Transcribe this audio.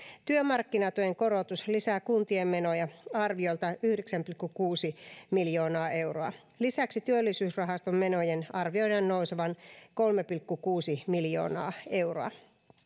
työmarkkinatuen korotus lisää kuntien menoja arviolta yhdeksän pilkku kuusi miljoonaa euroa lisäksi työllisyysrahaston menojen arvioidaan nousevan kolme pilkku kuusi miljoonaa euroa